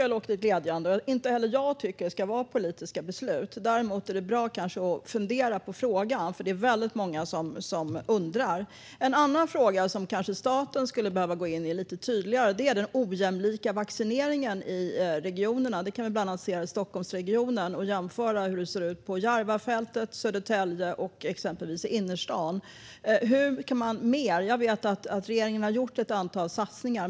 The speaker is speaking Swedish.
Det låter glädjande. Inte heller jag tycker att det ska vara politiska beslut. Däremot är det kanske bra att fundera på frågan. Det är väldigt många som undrar. En annan fråga där staten kanske skulle behöva gå in och vara lite tydligare är den ojämlika vaccineringen i regionerna. Det kan vi se bland annat här i Stockholmsregionen när vi jämför hur det ser ut på Järvafältet, i Södertälje och i exempelvis innerstaden. Jag vet att regeringen har gjort ett antal satsningar.